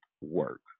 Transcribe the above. work